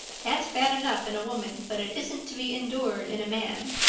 that's bad enough in a woman, but it isn't to be endured in a man.